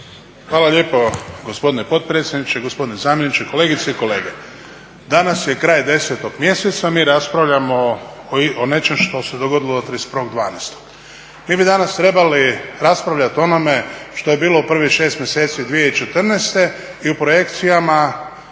Hvala lijepo gospodine potpredsjedniče. Gospodine zamjeniče, kolegice i kolege. Danas je kraj 10. mjeseca, mi raspravljamo o nečem što se dogodilo 31.12. Mi bi danas trebali raspravljat o onome što je bilo u prvih 6 mjeseci 2014. i u projekcijama